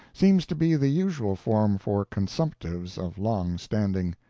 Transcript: seems to be the usual form for consumptives of long standing.